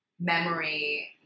memory